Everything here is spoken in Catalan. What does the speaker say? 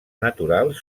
naturals